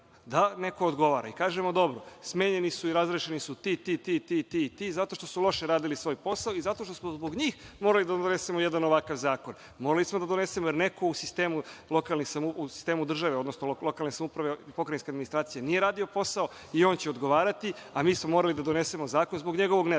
da neko odgovara. Da kažemo – dobro, smenjeni su i razrešeni su ti, ti, ti, i ti, zato što su loše radili svoj posao i zato što smo zbog njih morali da donesemo jedan ovakav zakon. Morali smo da donesemo, jer neko u sistemu države, odnosno lokalne samouprave i pokrajinske administracije nije radio posao i on će odgovarati, a mi smo morali da donesemo zakon zbog njegovog nerada.